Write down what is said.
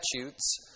statutes